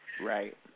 Right